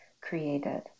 created